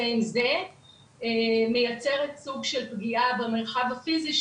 עם זה מייצרת סוג של פגיעה במרחב הפיזי,